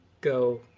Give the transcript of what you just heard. go